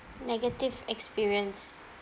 negative experience